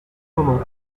moment